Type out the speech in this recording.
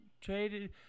traded